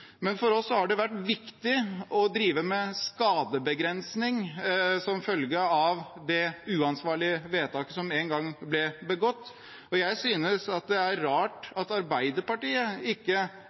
For oss har det vært viktig å drive med skadebegrensning som følge av det uansvarlige vedtaket som en gang ble begått, og jeg synes det er rart at Arbeiderpartiet ikke